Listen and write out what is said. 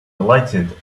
delighted